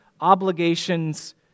obligations